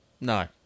No